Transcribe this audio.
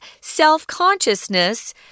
self-consciousness